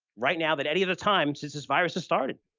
right now, than any other time since this virus has started.